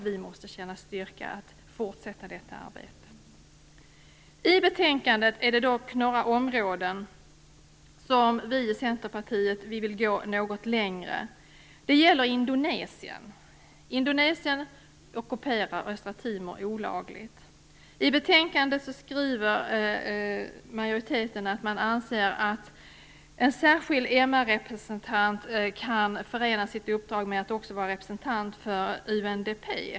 Vi måste känna styrka att fortsätta detta arbete. I betänkandet finns det några områden där vi i Centerpartiet vill gå något längre än utskottsmajoriteten. Det gäller Indonesien, som ockuperar Östra Timor olagligt. I betänkandet skriver utskottsmajoriteten att man anser att en särskild MR-representant kan förena sitt uppdrag med att också vara representant för UNDP.